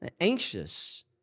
anxious